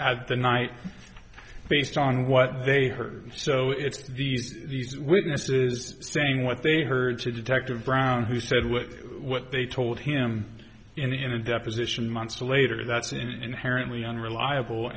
the night based on what they heard so it's the witnesses saying what they heard to detective brown who said what what they told him in a deposition months later that's inherently unreliable